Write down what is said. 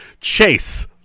Chase